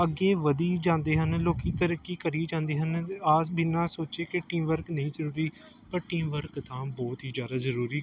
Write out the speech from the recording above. ਅੱਗੇ ਵਧੀ ਜਾਂਦੇ ਹਨ ਲੋਕ ਤਰੱਕੀ ਕਰੀ ਜਾਂਦੇ ਹਨ ਆਹ ਬਿਨਾਂ ਸੋਚੇ ਕਿ ਟੀਮ ਵਰਕ ਨਹੀਂ ਜ਼ਰੂਰੀ ਪਰ ਟੀਮ ਵਰਕ ਤਾਂ ਬਹੁਤ ਹੀ ਜ਼ਿਆਦਾ ਜ਼ਰੂਰੀ